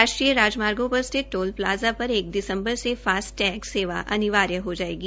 राष्ट्रीय राजमार्गो पर स्थिल टोल प्लाजा पर एक दिसमुबर से फास टैग सेवा अनिवार्य हो जायेगी